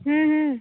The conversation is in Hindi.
हूं हूं